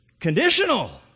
conditional